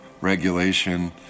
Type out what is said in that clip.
regulation